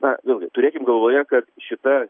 na vėlgi turėkim galvoje kad šita